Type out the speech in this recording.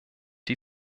die